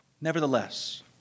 Nevertheless